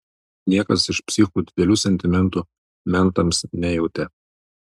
niekas iš psichų didelių sentimentų mentams nejautė